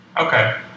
Okay